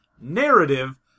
narrative